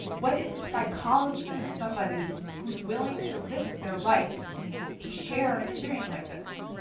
what is the psychology of somebody who's willing to risk their life to share an experience like this?